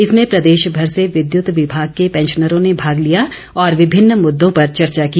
इसमें प्रदेश भर से विद्युत विभाग के पैंशनरों ने भाग लिया और विभिन्न मुद्दों पर चर्चा की